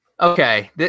Okay